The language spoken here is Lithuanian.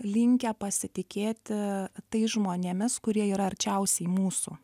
linkę pasitikėti tais žmonėmis kurie yra arčiausiai mūsų